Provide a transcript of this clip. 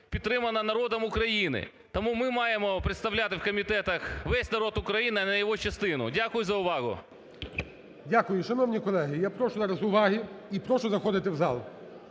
підтримана народом України, тому ми маємо представляти у комітетах весь народ України, а не його частину. Дякую за увагу. ГОЛОВУЮЧИЙ. Дякую. Шановні колеги, я прошу зараз уваги і прошу заходити в зал.